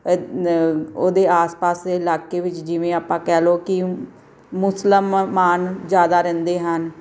ਉਹਦੇ ਆਸ ਪਾਸ ਇਲਾਕੇ ਵਿੱਚ ਜਿਵੇਂ ਆਪਾਂ ਕਹਿ ਲਓ ਕਿ ਮੁਸਲਮਾਨ ਜ਼ਿਆਦਾ ਰਹਿੰਦੇ ਹਨ